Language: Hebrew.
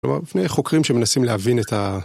חוקרים שמנסים להבין את ה...